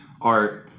art